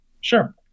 Sure